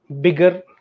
bigger